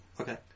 Okay